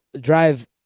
drive